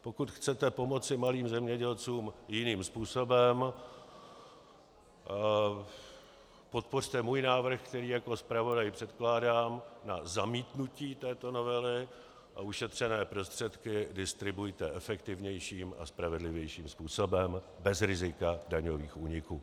Pokud chcete pomoci malým zemědělcům jiným způsobem, podpořte můj návrh, který jako zpravodaj předkládám, na zamítnutí této novely a ušetřené prostředky distribuujte efektivnějším a spravedlivějším způsobem bez rizika daňových úniků.